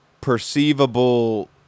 perceivable